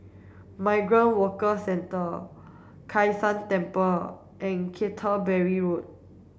Migrant Workers Centre Kai San Temple and Canterbury Road